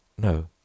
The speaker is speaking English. No